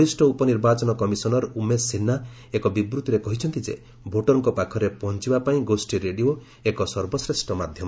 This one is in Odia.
ବରିଷ୍ଠ ଉପନିର୍ବାଚନ କମିଶନର ଉମେଶ ସିହ୍ନା ଏକ ବିବୃଭିରେ କହିଛନ୍ତି ଯେ ଭୋଟରଙ୍କ ପାଖରେ ପହଞ୍ଚବା ପାଇଁ ଗୋଷ୍ଠୀ ରେଡିଓ ଏକ ସର୍ବଶ୍ରେଷ୍ଠ ମାଧ୍ୟମ